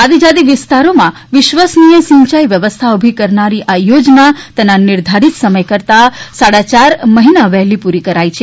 આદિજાતિ વિસ્તારોમાં વિશ્વસનીય સિંચાઈ વ્યવસ્થા ઉભી કરનારી આ યોજના તેના નિર્ધારિત સમય કરતાં સાડા ચાર મહિના વહેલી પૂરી કરાઇ હતી